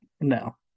No